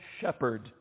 shepherd